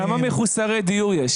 כמה מחוסרי דיור יש?